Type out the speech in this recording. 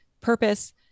purpose